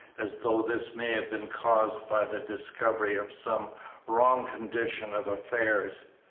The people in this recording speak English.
as though this may have been caused by the discovery of some wrong condition of affairs.